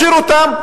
להכשיר אותן,